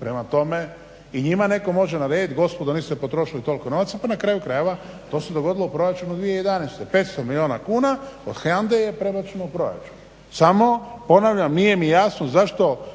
Prema tome i njima netko može narediti gospodo vi ste potrošili toliko i toliko novaca, pa na kraju krajeva to se dogodilo u proračunu 2011. 500 milijuna kuna od HANDA-e je proračun u proračunu. Samo ponavljam, nije mi jasno zašto